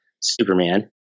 Superman